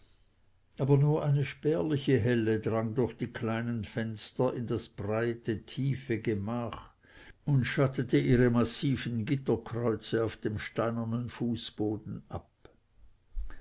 aber nur eine spärliche helle drang durch die kleinen fenster in das breite tiefe gemach und schattete ihre massiven gitterkreuze auf dem steinernen fußboden ab